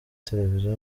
televiziyo